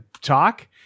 talk